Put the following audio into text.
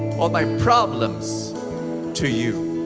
all my problems to you.